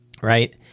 right